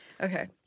Okay